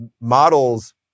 models